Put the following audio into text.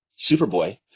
Superboy